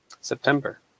September